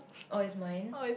oh is mine